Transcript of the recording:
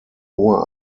hoher